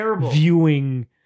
viewing